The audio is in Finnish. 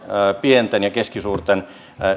pienten ja keskisuurten